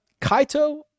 Kaito